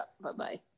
bye-bye